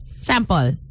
Sample